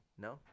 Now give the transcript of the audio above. No